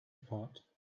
apart